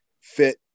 fit